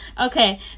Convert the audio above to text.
Okay